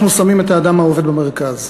אנחנו שמים את האדם העובד במרכז,